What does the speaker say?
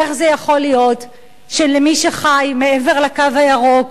איך זה יכול להיות שלמי שחי מעבר ל"קו הירוק"